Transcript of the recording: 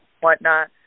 whatnot